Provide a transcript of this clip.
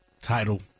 Title